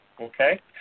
Okay